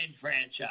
franchise